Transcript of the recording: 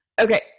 Okay